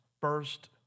first